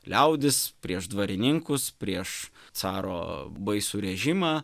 liaudis prieš dvarininkus prieš caro baisų režimą